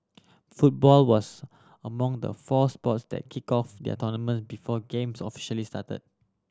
football was among the four sports that kicked off their tournament before games officially started